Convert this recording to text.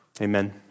Amen